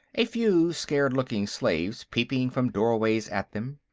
a few scared-looking slaves peeping from doorways at them.